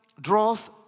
draws